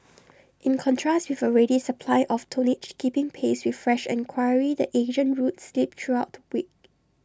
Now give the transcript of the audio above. in contrast with A ready supply of tonnage keeping pace with fresh enquiry the Asian routes slipped throughout week